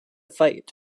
fight